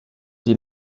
die